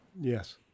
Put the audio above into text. Yes